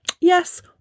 yes